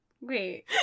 Wait